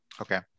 okay